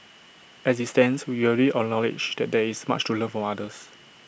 as IT stands we already acknowledge that there is much to learn from others